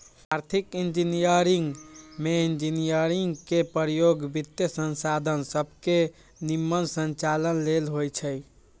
आर्थिक इंजीनियरिंग में इंजीनियरिंग के प्रयोग वित्तीयसंसाधन सभके के निम्मन संचालन लेल होइ छै